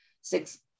six